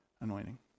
anointing